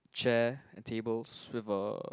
chair and tables with a